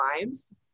lives